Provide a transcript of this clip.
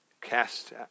cast